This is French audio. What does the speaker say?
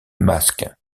masque